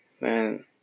Man